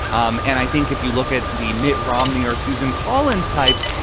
um and i think if you look at the mitt romney or susan collins types,